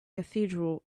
cathedral